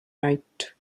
night